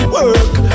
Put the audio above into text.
work